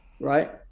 right